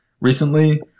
recently